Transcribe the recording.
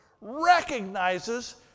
recognizes